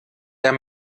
der